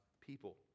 people